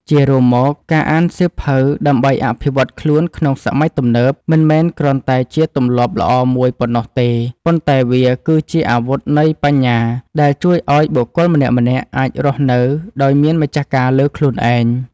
ជារួមមក ការអានសៀវភៅដើម្បីអភិវឌ្ឍខ្លួនក្នុងសម័យទំនើប មិនមែនគ្រាន់តែជាទម្លាប់ល្អមួយប៉ុណ្ណោះទេ ប៉ុន្តែវាគឺជាអាវុធនៃបញ្ញាដែលជួយឱ្យបុគ្គលម្នាក់ៗអាចរស់នៅដោយមានម្ចាស់ការលើខ្លួនឯង។